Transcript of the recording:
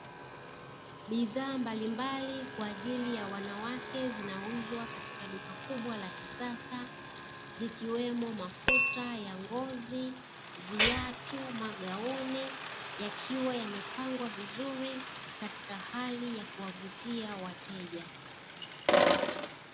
Bidhaa mbalimbali kwa ajili ya wanawake zinauzwa katika duka kubwa la kisasa, zikiwemo; mafuta ya ngozi, viatu, magauni yakiwa yamepangwa vizuri katika hali ya kuwavutia wateja.